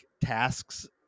tasks